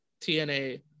TNA